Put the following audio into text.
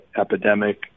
epidemic